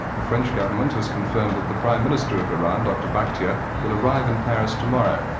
the french government has confirmed that the prime minister of iran, dr bakhtir, will arrive in paris tomorrow,